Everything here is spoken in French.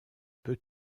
peu